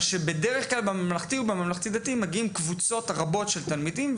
כשבדרך כלל בממלכתי או בממלכתי-דתי מגיעות קבוצות רבות של תלמידים,